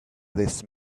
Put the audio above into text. this